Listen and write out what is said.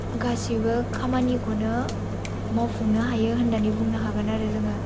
गासैबो खामानिखौनो मावफुंनो हायो होननानै बुंनो हागोन आरो जोङो